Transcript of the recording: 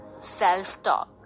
Self-talk